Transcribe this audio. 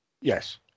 Yes